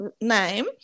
name